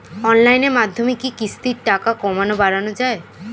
অনলাইনের মাধ্যমে কি কিস্তির টাকা কমানো বাড়ানো যায়?